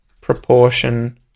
proportion